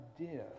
idea